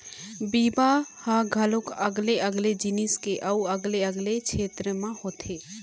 बीमा ह घलोक अलगे अलगे जिनिस के अउ अलगे अलगे छेत्र म होथे